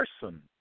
person